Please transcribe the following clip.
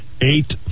eight